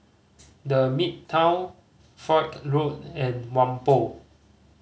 The Midtown Foch Road and Whampoa